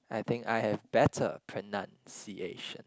I think I have better pronunciation